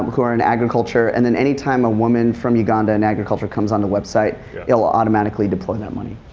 who are in agriculture and then anytime a woman from uganda in agriculture comes on the website it will automatically deploy that money.